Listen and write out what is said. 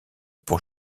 pour